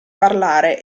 parlare